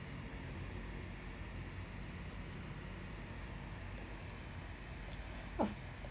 oh